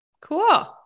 Cool